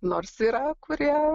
nors yra kurie